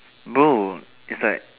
boom it's like